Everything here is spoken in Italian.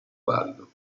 valido